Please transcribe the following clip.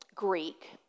Greek